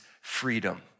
freedom